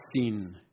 sin